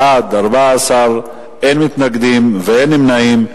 בעד, 14, אין מתנגדים ואין נמנעים.